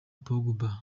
pogba